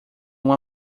uma